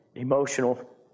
Emotional